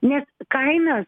nes kainą